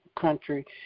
country